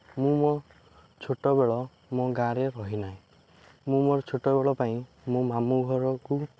ମୁଁ ମୋ ଛୋଟବେଳ ମୋ ଗାଁରେ ରହିନାହିଁ ମୁଁ ମୋର ଛୋଟବେଳ ପାଇଁ ମୋ ମାମୁଁ ଘରକୁ